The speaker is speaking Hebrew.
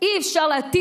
אי-אפשר להטיל